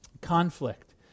conflict